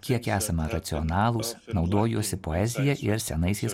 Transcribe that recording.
kiek esame racionalūs naudojuosi poezija ir senaisiais